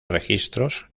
registros